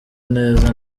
neza